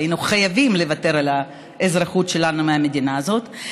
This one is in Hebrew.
היינו חייבים לוותר על האזרחות שלנו במדינה הזאת,